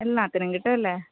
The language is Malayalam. എല്ലാത്തിനും കിട്ടും അല്ലേ